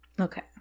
Okay